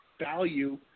value